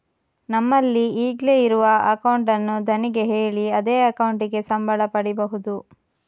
ನಮ್ಮಲ್ಲಿ ಈಗ್ಲೇ ಇರುವ ಅಕೌಂಟ್ ಅನ್ನು ಧಣಿಗೆ ಹೇಳಿ ಅದೇ ಅಕೌಂಟಿಗೆ ಸಂಬಳ ಪಡೀಬಹುದು